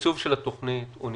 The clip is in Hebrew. התשובה המקצועית היא שאין כסף.